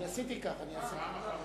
עד שלא ייכנס שר זה לא יילקח במניין הזמן,